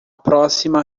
próxima